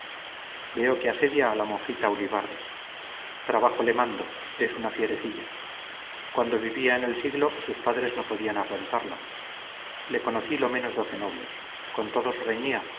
veo que asedia a la monjita ulibarri trabajo le mando es una fierecilla cuando vivía en el siglo sus padres no podían aguantarla le conocí lo menos doce novios con todos reñía